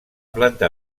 planta